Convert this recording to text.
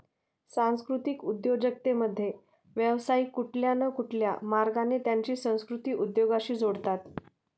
सांस्कृतिक उद्योजकतेमध्ये, व्यावसायिक कुठल्या न कुठल्या मार्गाने त्यांची संस्कृती उद्योगाशी जोडतात